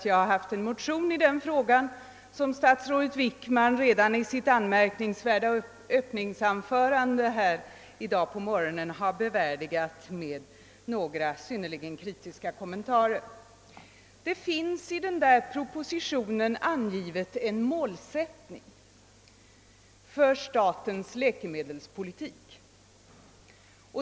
Jag har väckt en motion i den frågan, och statsrådet Wickman har re dan i sitt anmärkningsvärda öppningsanförande bevärdigat motionen med några synnerligen kritiska kommentarer. I propositionen anges en målsättning för statens läkemedelspolitik.